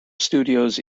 studios